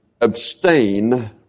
abstain